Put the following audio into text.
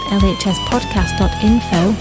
lhspodcast.info